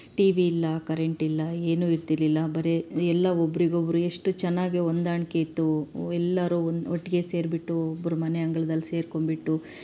T V ಇಲ್ಲ current ಇಲ್ಲ ಏನೂ ಇರ್ತಿರಲಿಲ್ಲ ಬರೀ ಎಲ್ಲ ಒಬ್ಬರಿಗೊಬ್ರು ಎಷ್ಟು ಚೆನ್ನಾಗಿ ಹೊಂದಾಣ್ಕೆ ಇತ್ತು ಎಲ್ಲರೂ ಒಂದು ಒಟ್ಟಿಗೆ ಸೇರಿಬಿಟ್ಟು ಒಬ್ರ ಮನೆ ಅಂಗ್ಳದಲ್ಲಿ ಸೇರ್ಕೊಂಡ್ಬಿಟ್ಟು